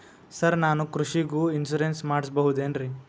Sir ನಾನು ಕೃಷಿಗೂ insurance ಮಾಡಸಬಹುದೇನ್ರಿ?